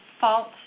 fault